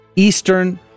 eastern